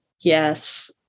yes